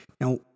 Now